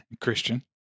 Christian